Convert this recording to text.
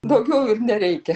daugiau ir nereikia